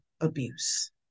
abuse